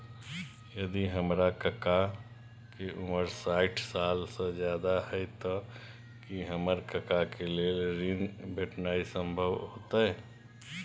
यदि हमर काका के उमर साठ साल से ज्यादा हय त की हमर काका के लेल ऋण भेटनाय संभव होतय?